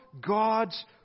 God's